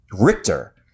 Richter